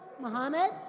Mohammed